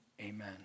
amen